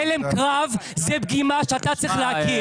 הלם קרב זה פגימה שאתה צריך להכיר.